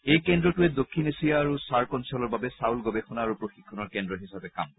এই কেন্দ্ৰটোৱে দক্ষিণ এছিয়া আৰু চাৰ্ক অঞ্চলৰ বাবে চাউল গৱেষণা আৰু প্ৰশিক্ষণৰ কেন্দ্ৰ হিচাপে কাম কৰিব